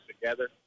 together